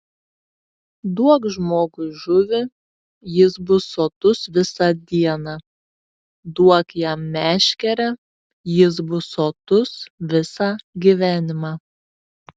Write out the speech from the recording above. duok žmogui žuvį jis bus sotus visą dieną duok jam meškerę jis bus sotus visą gyvenimą